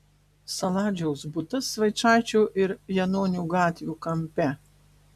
saladžiaus butas vaičaičio ir janonių gatvių kampe